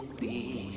be